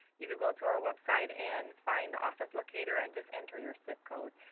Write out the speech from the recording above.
you can go to our website and find the office locator and just enter your zip code.